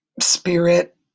Spirit